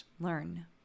learn